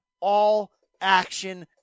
all-action